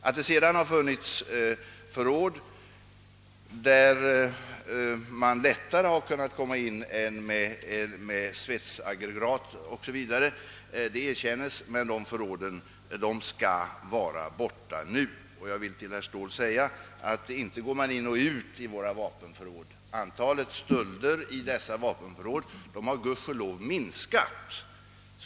Att det sedan har funnits förråd, där det inte behövts svetsaggregat m.m. för att bryta sig in, det skall erkännas. Men de förråden skall vara borta nu, och jag vill till herr Ståhl säga att inte går man obehindrat in och ut i våra vapenförråd. Antalet stölder i dessa förråd har gudskelov minskat.